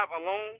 alone